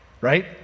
right